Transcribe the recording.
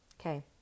Okay